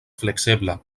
fleksebla